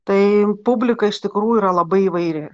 tai publika iš tikrųjų yra labai įvairi